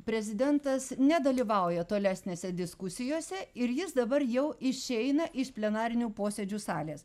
prezidentas nedalyvauja tolesnėse diskusijose ir jis dabar jau išeina iš plenarinių posėdžių salės